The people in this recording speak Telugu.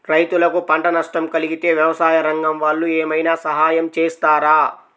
రైతులకు పంట నష్టం కలిగితే వ్యవసాయ రంగం వాళ్ళు ఏమైనా సహాయం చేస్తారా?